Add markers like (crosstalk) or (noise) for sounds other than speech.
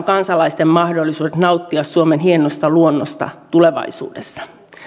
(unintelligible) kansalaisten mahdollisuudet nauttia suomen hienosta luonnosta tulevaisuudessa